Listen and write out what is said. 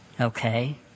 Okay